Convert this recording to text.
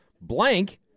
blank